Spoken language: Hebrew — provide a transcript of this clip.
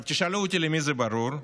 תשאלו אותי למי זה ברור,